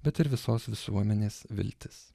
bet ir visos visuomenės viltis